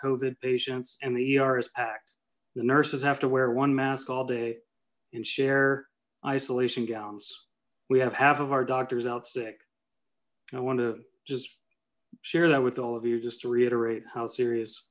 cozied patients and the er is packed the nurses have to wear one mask all day and share isolation gowns we have half of our doctors out sick i want to just share that with all of you just to reiterate how serious